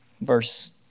Verse